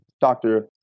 doctor